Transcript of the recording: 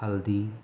ہلدی